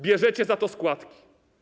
Bierzecie za to składki.